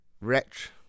Wretch